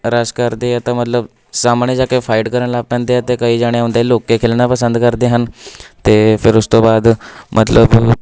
rush ਕਰਦੇ ਆ ਤਾਂ ਮਤਲਬ ਸਾਹਮਣੇ ਜਾ ਕੇ ਫਾਈਟ ਕਰਨ ਲੱਗ ਪੈਂਦੇ ਆ ਅਤੇ ਕਈ ਜਾਣੇ ਹੁੰਦੇ ਲੁੱਕ ਕੇ ਖੇਲਣਾ ਪਸੰਦ ਕਰਦੇ ਹਨ ਅਤੇ ਫਿਰ ਉਸ ਤੋਂ ਬਾਅਦ ਮਤਲਬ